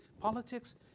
Politics